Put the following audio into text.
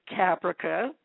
Caprica